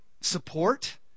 support